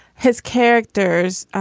his characters